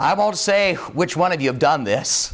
i won't say which one of you have done this